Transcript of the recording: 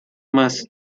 más